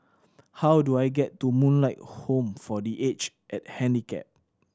how do I get to Moonlight Home for The Age And Handicap